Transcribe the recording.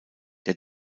der